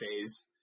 phase